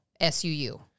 SUU